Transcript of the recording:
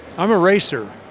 i'm a racer.